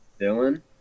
Dylan